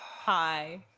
Hi